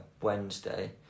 wednesday